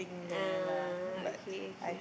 ah okay okay